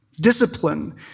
discipline